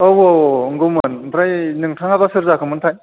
औ औ औ नंगौमोन ओमफ्राय नोंथाङाबा सोर जाखो मोनथाय